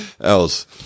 else